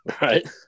Right